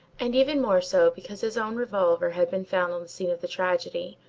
and even more so because his own revolver had been found on the scene of the tragedy,